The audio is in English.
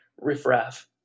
riffraff